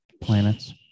Planets